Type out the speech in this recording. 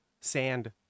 sand